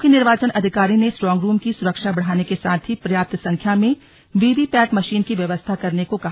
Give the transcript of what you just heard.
मुख्य निर्वाचन अधिकारी ने स्ट्रांग रूम की सुरक्षा बढ़ाने के साथ ही प्रर्याप्त संख्या में वीवीपैट मशीन की व्यवस्था करने को कहा